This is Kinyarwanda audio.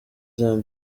zion